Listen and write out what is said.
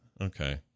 Okay